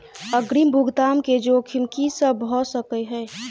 अग्रिम भुगतान केँ जोखिम की सब भऽ सकै हय?